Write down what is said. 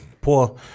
poor